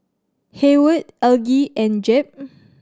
Hayward Elgie and Jep